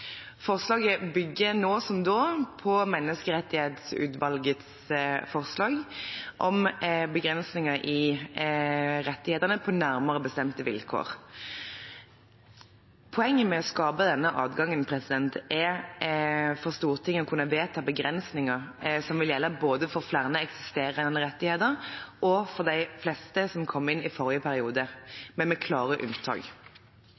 Forslaget bygger nå som da på Menneskerettighetsutvalgets forslag om begrensninger i rettighetene på nærmere bestemte vilkår. Poenget med å skape denne adgangen er for Stortinget å kunne vedta begrensninger som vil gjelde for både flere eksisterende rettigheter og de fleste som kom inn i forrige